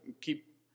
keep